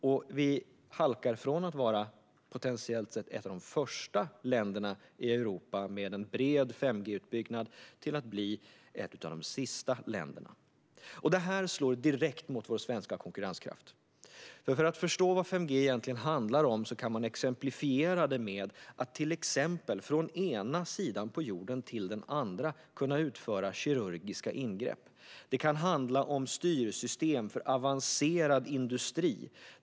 Vi halkar efter från att ha varit ett av de första länderna i Europa med en bred 5G-utbyggnad till att bli ett av de sista länderna. Detta slår direkt mot vår svenska konkurrenskraft. För att förstå vad 5G egentligen handlar om kan man exemplifiera det med att från den ena sidan av jorden till den andra sidan kunna utföra kirurgiska ingrepp. Det kan handla om styrsystem för avancerad industri.